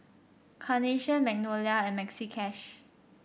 Carnation Magnolia and Maxi Cash